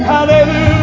Hallelujah